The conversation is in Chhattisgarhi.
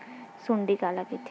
सुंडी काला कइथे?